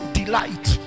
delight